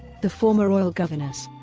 the former royal governess,